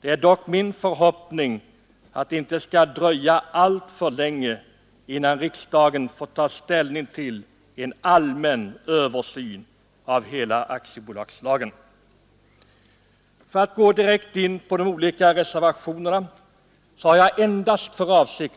Det är dock min förhoppning att det inte skall dröja alltför länge innan riksdagen får ta ställning till en allmän översyn av hela aktiebolagslagen. För att direkt gå in på de olika reservationerna, har jag endast för avsikt